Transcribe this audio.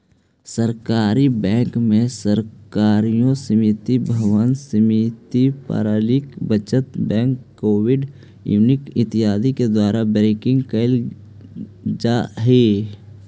सहकारी बैंक में सहकारी समिति भवन समिति पारंपरिक बचत बैंक क्रेडिट यूनियन इत्यादि के द्वारा बैंकिंग कार्य कैल जा हइ